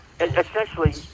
essentially